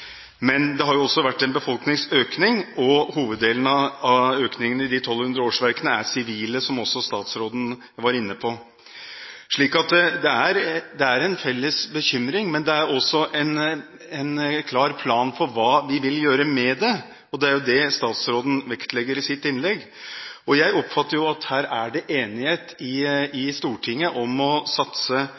Men det har også vært en befolkningsøkning, og hoveddelen av de 1 200 årsverkene er sivile, noe også statsråden var inne på. Så det er en felles bekymring, men det er også en klar plan for hva vi vil gjøre med det, og det er det statsråden vektlegger i sitt innlegg. Jeg oppfatter at det er enighet i Stortinget om de tre første årene når det gjelder 720 studenter fra Politihøgskolen, for det tar jo tre år å